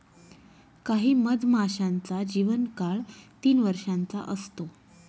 काही मधमाशांचा जीवन काळ तीन वर्षाचा असतो